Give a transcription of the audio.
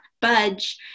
budge